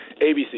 ABC